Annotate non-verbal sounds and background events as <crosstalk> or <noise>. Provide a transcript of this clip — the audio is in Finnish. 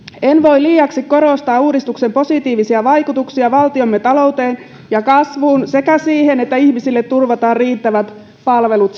en voi liiaksi korostaa uudistuksen positiivisia vaikutuksia valtiomme talouteen ja kasvuun sekä siihen että ihmisille turvataan riittävät palvelut <unintelligible>